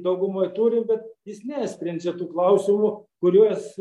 daugumoj turi bet jis nesprendžia tų klausimų kuriuos